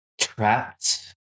trapped